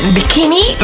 Bikini